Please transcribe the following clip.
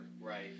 Right